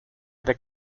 their